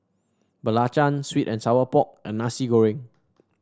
belacan sweet and Sour Pork and Nasi Goreng